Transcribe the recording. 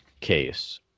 case